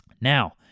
Now